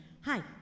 Hi